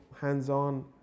hands-on